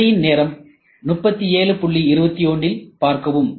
திரையின் நேரம் 3721இல் பார்க்கவும்